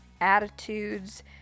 attitudes